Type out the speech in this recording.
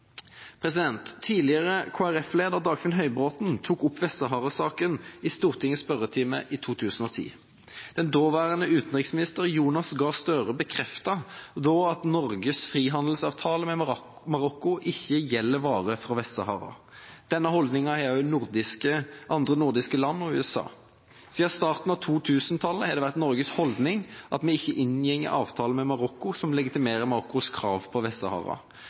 Tidligere KrF-leder Dagfinn Høybråten tok opp Vest-Sahara-saken i Stortingets spørretime i 2010. Daværende utenriksminister Jonas Gahr Støre bekreftet da at Norges frihandelsavtale med Marokko ikke gjelder varer fra Vest-Sahara. Denne holdningen har også andre nordiske land og USA. Siden starten av 2000-tallet har det vært Norges holdning at vi ikke inngår avtaler med Marokko som legitimerer Marokkos krav på